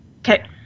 Okay